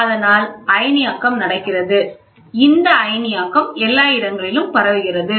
எனவே அயனியாக்கம் நடக்கிறது இந்த அயனியாக்கம் எல்லா இடங்களிலும் பரவுகிறது